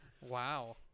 Wow